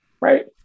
right